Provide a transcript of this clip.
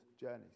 journeys